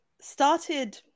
started